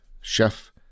chef